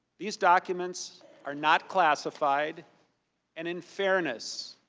these documents are not classified and, in fairness,